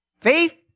Faith